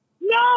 No